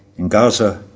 in gaza.